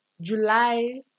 july